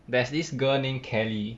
there's this girl named kelly